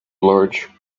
large